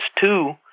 two